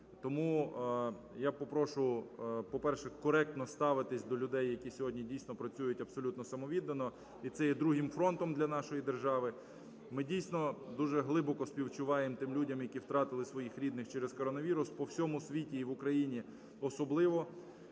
Тому я попрошу, по-перше, коректно ставитися до людей, які сьогодні дійсно працюють абсолютно самовіддано, і це є другим фронтом для нашої держави. Ми, дійсно, дуже глибоко співчуваємо тим людям, які втратили своїх рідних через коронавірус по всьому світу і в Україні особливо,